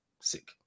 sick